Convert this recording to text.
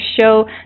show